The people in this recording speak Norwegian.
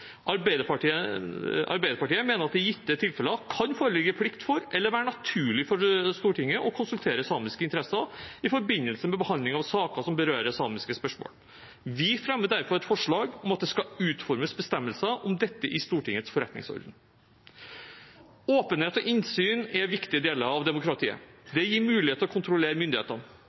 Arbeiderpartiet mener at det i gitte tilfeller kan foreligge plikt for, eller være naturlig for, Stortinget til å konsultere samiske interesser i forbindelse med behandling av saker som berører samiske spørsmål. Vi fremmer derfor et forslag om at det skal utformes bestemmelser om dette i Stortingets forretningsorden. Åpenhet og innsyn er viktige deler av demokratiet. Det gir mulighet til å kontrollere myndighetene.